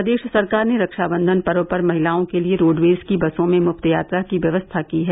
प्रदेश सरकार ने रक्षाबंधन पर्व पर महिलाओं के लिए रोडवेज की बसों में मुफ्त यात्रा की व्यवस्था की है